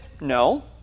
No